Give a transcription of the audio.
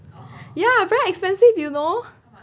ya very expensive you know